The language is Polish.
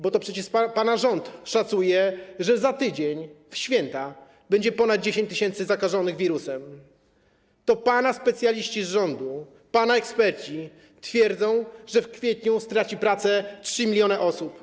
Bo to przecież pana rząd szacuje, że za tydzień, w święta, będzie ponad 10 tys. zakażonych wirusem, to pana specjaliści z rządu, pana eksperci twierdzą, że w kwietniu straci pracę 3 mln osób.